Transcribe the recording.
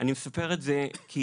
אני מספר את זה כי